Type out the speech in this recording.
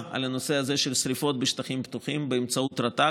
של נושא השרפות בשטחים פתוחים באמצעות רט"ג,